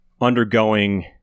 undergoing